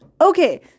Okay